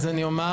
אז אני אומר,